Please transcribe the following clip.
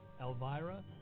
Elvira